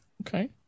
Okay